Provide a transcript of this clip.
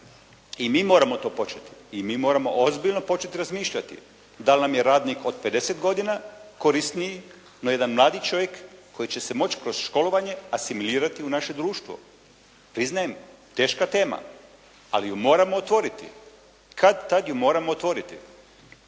I mi moramo to početi. I mi moramo ozbiljno početi razmišljati da li nam je radnik od 50 godina korisniji no jedan mladi čovjek koji će se moći kroz školovanje asimilirati u naše društvo. Priznajem, teška tema, ali ju moramo otvoriti. Kad-tad ju moramo otvoriti.